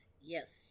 yes